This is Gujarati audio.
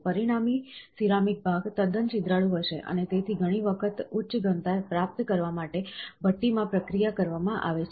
પરિણામી સિરામિક ભાગ તદ્દન છિદ્રાળુ હશે અને તેથી ઘણી વખત ઉચ્ચ ઘનતા પ્રાપ્ત કરવા માટે ભઠ્ઠીમાં પ્રક્રિયા કરવામાં આવે છે